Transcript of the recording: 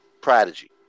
Prodigy